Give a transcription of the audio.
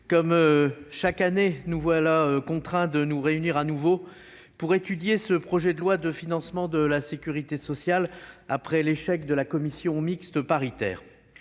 comme chaque année, nous voilà contraints de nous réunir à nouveau pour étudier ce projet de loi de financement de la sécurité sociale après l'échec de la commission mixte paritaire.